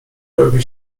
robi